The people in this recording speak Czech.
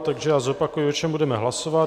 Takže já zopakuji, o čem budeme hlasovat.